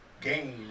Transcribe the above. gain